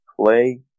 play